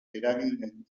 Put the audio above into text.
eragin